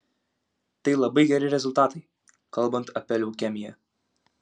tai labai geri rezultatai kalbant apie leukemiją